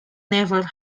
never